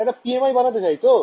একটা PMI বানাতে চাই তো